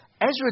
Ezra